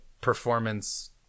performance